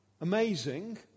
amazing